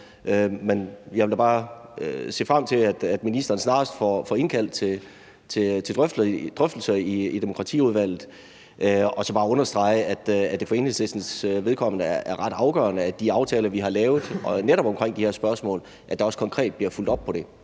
Men jeg vil da se frem til, at ministeren snarest får indkaldt til drøftelser i demokratiudvalget, og så bare understrege, at det for Enhedslistens vedkommende er ret afgørende, at der konkret bliver fulgt op på de